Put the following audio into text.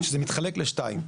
שזה מתחלק לשניים.